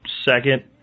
second